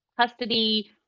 custody